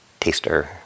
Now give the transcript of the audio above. taster